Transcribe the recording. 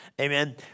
amen